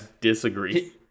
disagree